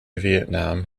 vietnam